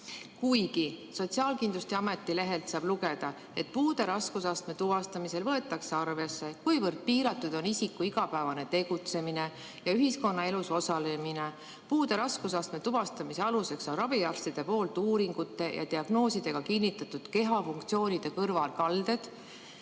puue. Sotsiaalkindlustusameti lehelt saab lugeda, et puude raskusastme tuvastamisel võetakse arvesse, kuivõrd piiratud on isiku igapäevane tegutsemine ja ühiskonnaelus osalemine, puude raskusastme tuvastamise aluseks on raviarstide poolt uuringute ja diagnoosidega kinnitatud kehafunktsioonide kõrvalekalded,